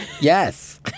Yes